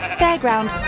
fairground